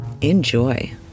enjoy